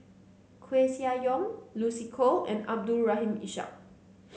Koeh Sia Yong Lucy Koh and Abdul Rahim Ishak